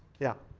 yeah.